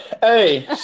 hey